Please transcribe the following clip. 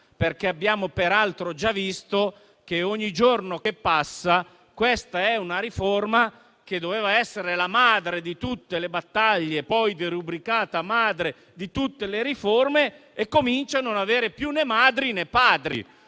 abbiamo già visto - ogni giorno che passa questa riforma, che doveva essere la madre di tutte le battaglie (poi derubricata a madre di tutte le riforme), comincia a non avere più né madri né padri,